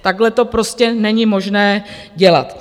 Takhle to prostě není možné dělat.